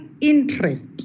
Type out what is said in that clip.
interest